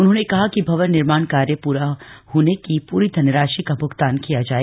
उन्होंने कहा कि भवन निर्माण कार्य पूरा होने पर ही पूरी धनराशि का भुगतान किया जाए